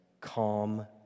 calm